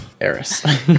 Eris